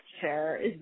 chair